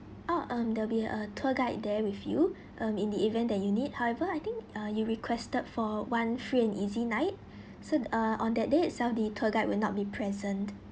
oh um there will be a tour guide there with you um in the event that you need however I think uh you requested for one free and easy night so uh on that day itself the tour guide will not be present